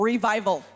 Revival